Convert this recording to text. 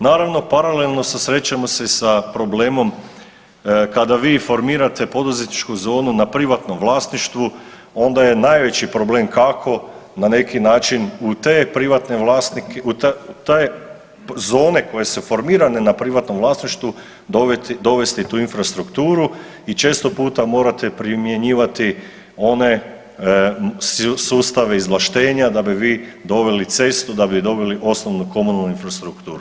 Naravno, paralelno, susrećemo se i sa problemom kada vi formirate poduzetničku zonu na privatnom vlasništvu, onda je najveći problem kako na neki način u te privatne vlasnike, u taj, zone koje su formirane na privatnom vlasništvu dovesti tu infrastrukturu i često puta morate primjenjivati one sustave izvlaštenja da bi vi doveli cestu, da bi dobili osnovnu komunalnu infrastrukturu.